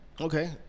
Okay